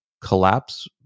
collapse